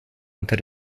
unter